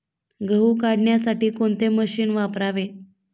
गहू काढण्यासाठी कोणते मशीन वापरावे?